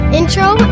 intro